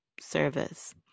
service